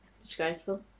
Disgraceful